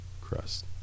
crust